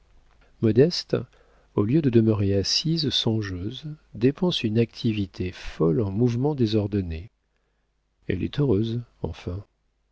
modeste au lieu de demeurer assise songeuse dépense une activité folle en mouvements désordonnés elle est heureuse enfin